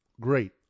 great